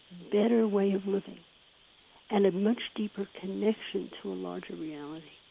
better way of living and a much deeper connection to a larger reality.